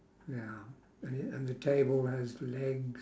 ya and it and the table has legs